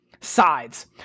sides